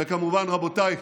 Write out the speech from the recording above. וכמובן, רבותיי,